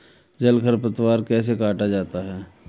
जल खरपतवार कैसे काटा जाता है?